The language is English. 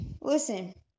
Listen